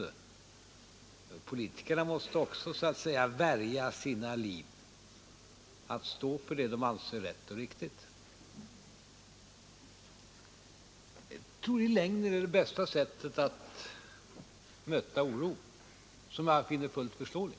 Politikerna måste så att säga också värja sina liv och stå för det som de anser vara rätt och riktigt. Jag tror också att det i längden är det bästa sättet att möta oro, en oro som jag för övrigt finner fullt förståelig.